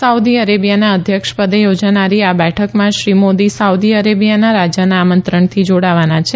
Saudi અરેબિયાના અધ્યક્ષપદે યોજાનારી આ બેઠકમાં શ્રી મોદી સાઉદી અરેબિયાના રાજાના આમંત્રણથી જોડાવાના છે